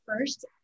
first